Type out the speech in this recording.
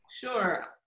Sure